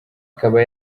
ikaba